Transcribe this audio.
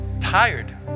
tired